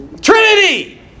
Trinity